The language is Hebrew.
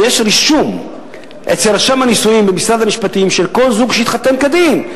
כי יש רישום אצל רשם הנישואים במשרד המשפטים של כל זוג שהתחתן כדין.